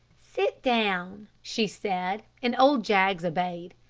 sit down, she said, and old jaggs obeyed.